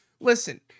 listen